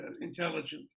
intelligent